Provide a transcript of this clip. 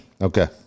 Okay